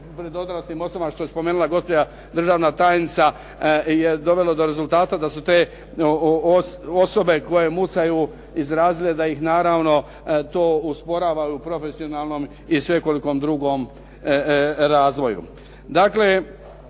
ne razumije./ … što je spomenula gospođa državna tajnica je dovelo do rezultata da su te osobe koje mucaju da ih naravno to usporava u profesionalnom i svekoliko drugom razvoju.